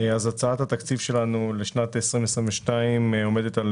הצעת התקציב שלנו לשנת 2020 עומדת על